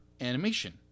Animation